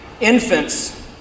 infants